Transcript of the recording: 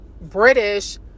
British